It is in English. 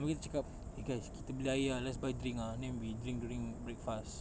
habis kita cakap eh guys kita beli air ah let's buy drink ah then we drink during break fast